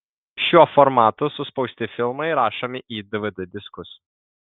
šiuo formatu suspausti filmai rašomi į dvd diskus